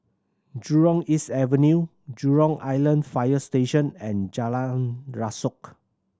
Jurong East Avenue Jurong Island Fire Station and Jalan Rasok